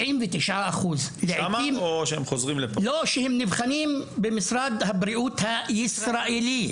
99% כשהם נבחנים במשרד הבריאות הישראלי.